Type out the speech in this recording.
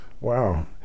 Wow